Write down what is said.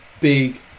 big